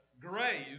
grave